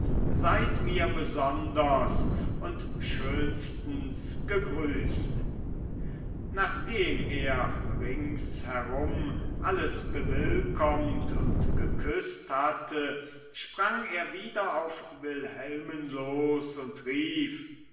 seid mir besonders und schönstens gegrüßt nachdem er ringsherum alles bewillkommt und geküßt hatte sprang er wieder auf wilhelmen los und rief